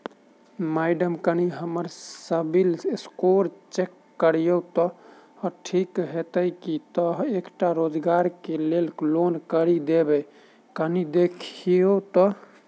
Madam कनि हम्मर CIBIL score check करियो तेँ ठीक हएत ई तऽ एकटा रोजगार केँ लैल लोन करि देब कनि देखीओत?